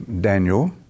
Daniel